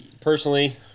Personally